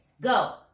Go